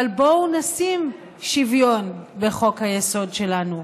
אבל בואו נשים שוויון בחוק-היסוד שלנו.